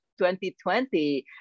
2020